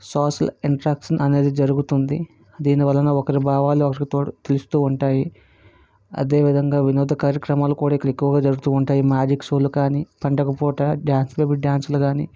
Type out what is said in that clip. social interaction అనేది జరుగుతుంది దీనివలన ఒకరి భావాలు ఒకరికి తు తెలుస్తూ ఉంటాయి అదేవిధంగా వినోద కార్యక్రమాలు కూడా ఇక్కడ ఎక్కువగా జరుగుతూ ఉంటాయి మ్యాజిక్ షోలు కానీ పండుగ పూట డాన్స్ బేబీ డాన్సులు కానీ